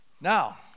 now